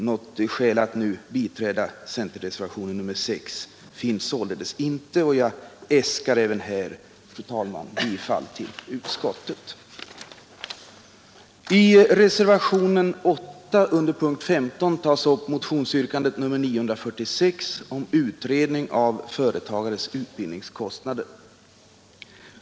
Något skäl att nu biträda centerreservationen nr 6 finns således inte, och jag äskar, fru talman, även här bifall till utskottets hemställan. I reservationen 8 vid punkten 15 upptas motionsyrkandet nr 946 om utredning av företagares utbildningskostnader.